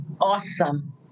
awesome